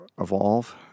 evolve